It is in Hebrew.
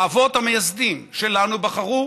האבות המייסדים שלנו בחרו,